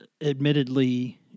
admittedly